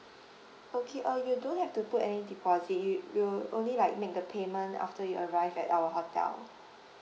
okay uh you don't have to put any deposit you you will only like make the payment after you arrive at our hotel